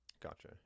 Gotcha